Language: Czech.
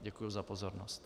Děkuji za pozornost.